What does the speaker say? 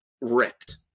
ripped